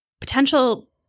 potential